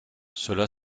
cela